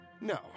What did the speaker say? No